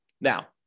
Now